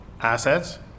assets